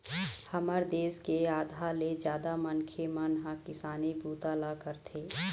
हमर देश के आधा ले जादा मनखे मन ह किसानी बूता ल करथे